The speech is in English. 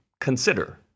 consider